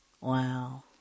Wow